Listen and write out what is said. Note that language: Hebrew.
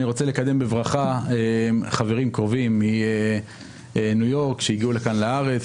אני רוצה לקדם בברכה חברים קרובים מניו יורק שהגיעו לארץ,